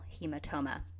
hematoma